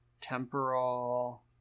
Temporal